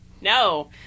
No